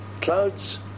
Clouds